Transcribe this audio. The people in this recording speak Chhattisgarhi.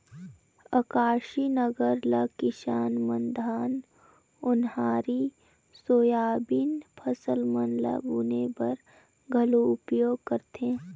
अकरासी नांगर ल किसान मन धान, ओन्हारी, सोयाबीन फसिल मन ल बुने बर घलो उपियोग करथे